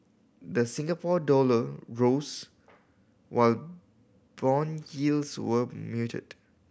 the Singapore dollar rose while bond yields were muted